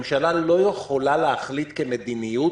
ממשלה לא יכולה להחליט כמדיניות,